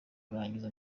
kurangiza